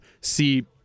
see